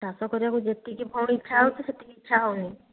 ଚାଷ କରିବାକୁ ଯେତିକି ଭଉଣୀ ଇଚ୍ଛା ହେଉଛି ସେତିକି ଇଚ୍ଛା ହେଉନି